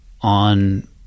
on